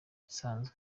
bisanzwe